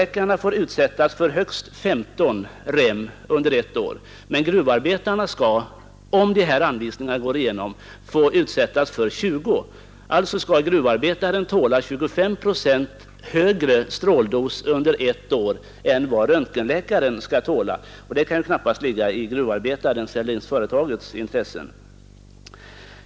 De får utsättas för högst 15 rhem under ett år, men gruvarbetarna skall, om arbetarskyddsstyrelsens anvisningar går igenom, få utsättas för 20 rhem, alltså skall gruvarbetaren tåla 25 procent högre stråldos under ett år än vad röntgenläkaren skall tåla. Det kan knappast ligga i gruvarbetarens eller ens företagets intresse.